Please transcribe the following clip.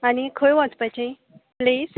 आनी खंय वचपाचें प्लेस